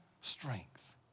strength